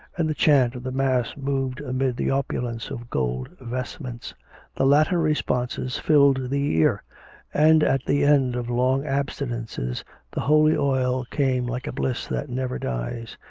and the chant of the mass moved amid the opulence of gold vestments the latin responses filled the ear and at the end of long abstinences the holy oil came like a bliss that never dies.